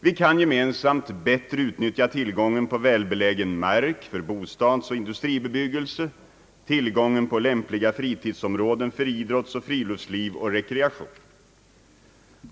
Vi kan gemensamt bättre utnyttja tillgången på välbelägen mark för bostadsoch industribebyggelse liksom tillgången på lämpliga fritidsområden för idrottsoch friluftsliv och rekreation.